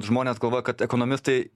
žmonės galvoja kad ekonomistai